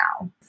now